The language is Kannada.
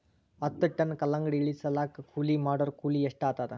ಹತ್ತ ಟನ್ ಕಲ್ಲಂಗಡಿ ಇಳಿಸಲಾಕ ಕೂಲಿ ಮಾಡೊರ ಕೂಲಿ ಎಷ್ಟಾತಾದ?